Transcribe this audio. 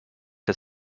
der